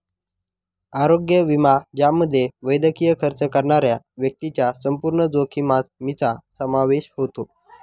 आरोग्य विमा ज्यामध्ये वैद्यकीय खर्च करणाऱ्या व्यक्तीच्या संपूर्ण जोखमीचा समावेश होतो